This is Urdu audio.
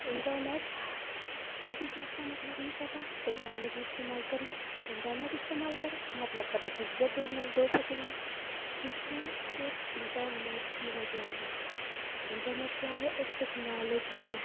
انٹرنیٹ کسی چیز کا مطلب نہیں پتا ٹیکنالوجی استعمال کری انٹرنیٹ استعمال کرا مطلب پتہ چل گیا دو منٹ دو سیکنڈ میں کس لئے صرف انٹرنیٹ کی وجہ سے انٹرنیٹ کیا ہے ایک ٹیکنالوجی ہے